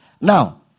now